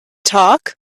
talk